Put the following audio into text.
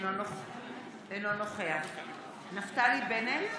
אינו נוכח נפתלי בנט,